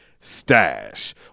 stash